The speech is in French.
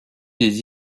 des